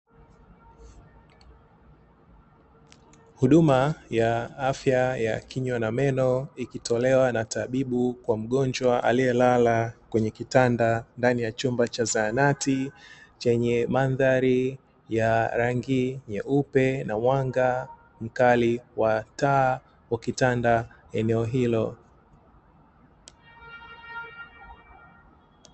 Huduma ya afya ya kinywa na meno ikitolewa na tabibu kwa mgonjwa aliyelala kwenye kitanda ndani ya chumba cha zahanati chenye mandhari ya rangi nyeupe na mwanga mkali wa taa ukitanda eneo hilo.